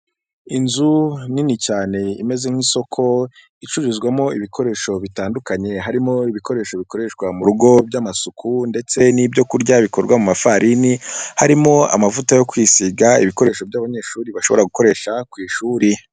Inzu nini cyane imeze nk'isoko, icururizwamo ibikoresho bitandukanye, harimo ibikoresho bikoreshwa mu rugo by'amasuku, ndetse n'ibyokurya bikorwa mu mafarini. Harimo amavuta yo kwisiga, ibikoresho by'abanyeshuri, bashobora gukoresha ku ishuri.